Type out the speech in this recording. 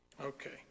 Okay